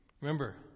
Remember